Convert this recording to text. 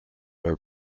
are